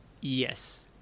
Yes